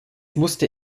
musste